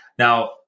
Now